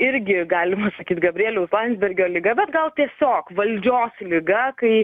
irgi galima sakyt gabrieliaus landsbergio liga bet gal tiesiog valdžios liga kai